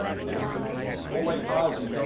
and their whole life policies,